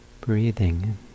breathing